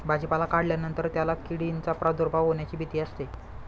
भाजीपाला काढल्यानंतर त्याला किडींचा प्रादुर्भाव होण्याची भीती असते